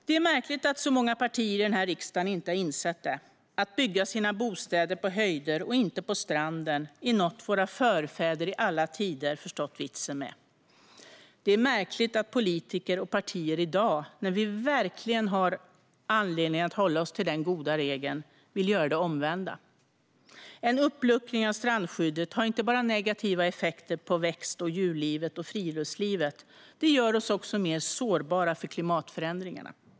Det är märkligt att så många partier i den här riksdagen inte har insett det. Att bygga sina bostäder på höjder och inte på stranden är något som våra förfäder i alla tider förstått vitsen med. Det är märkligt att politiker och partier idag, när vi verkligen har anledning att hålla oss till den goda regeln, vill göra det omvända. En uppluckring av strandskyddet har inte bara negativa effekter på växt och djurlivet och friluftslivet. Det gör oss också mer sårbara för klimatförändringarna.